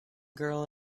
girl